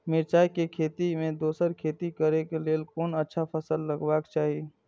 मिरचाई के खेती मे दोसर खेती करे क लेल कोन अच्छा फसल लगवाक चाहिँ?